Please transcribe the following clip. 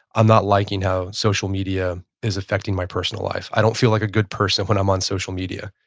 i'm not liking how social media is affecting my personal life. i don't feel like a good person when i'm on social media.